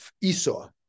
Esau